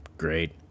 great